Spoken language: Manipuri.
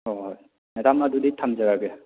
ꯍꯣꯏ ꯍꯣꯏ ꯃꯦꯗꯥꯝ ꯑꯗꯨꯗꯤ ꯊꯝꯖꯔꯒꯦ